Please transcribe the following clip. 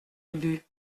ubu